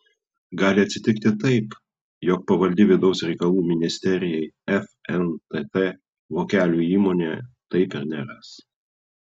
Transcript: gali atsitikti taip jog pavaldi vidaus reikalų ministerijai fntt vokelių įmonėje taip ir neras